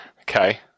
Okay